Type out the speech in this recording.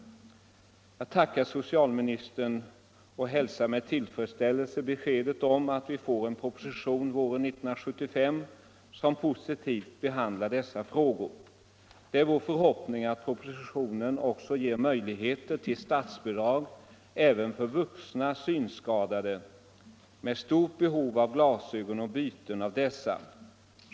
Jag tackar socialministern och hälsar med tillfredsställelse beskedet om att vi får en proposition våren 1975 som positivt behandlar dessa frågor. Det är vår förhoppning att propositionen också ger möjligheter till statsbidrag för vuxna synskadade med stort behov av glasögon och byten av dessa.